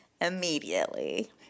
immediately